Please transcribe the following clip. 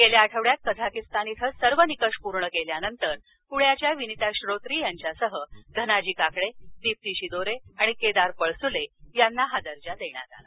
गेल्या आठवड्यात कझाकिस्तान इथं सर्व निकष पूर्ण केल्यानंतर पूण्याच्या विनिता श्रोत्री यांच्यासह धनाजी काकडे दीप्ती शिदोरे आणि केदार पळसुले यांना हा दर्जा देण्यात आला